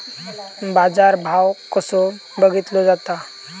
बाजार भाव कसो बघीतलो जाता?